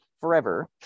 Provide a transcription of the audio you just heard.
forever